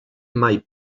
mai